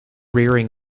rearing